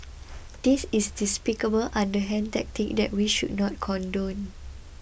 this is a despicable underhand tactic that we should not condone